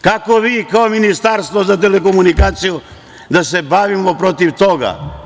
Kako vi kao Ministarstvo za telekomunikacije da se borimo protiv toga?